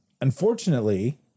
unfortunately